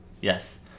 Yes